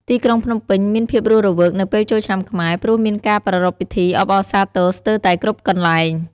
ទីក្រុងភ្នំពេញមានភាពរស់រវើកនៅពេលចូលឆ្នាំខ្មែរ ព្រោះមានការប្រារព្ធពិធីអបអរសាទរស្ទើរតែគ្រប់កន្លែង។